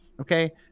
Okay